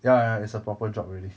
ya ya ya it's a proper job already